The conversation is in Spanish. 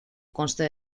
consta